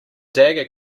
dagger